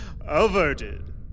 averted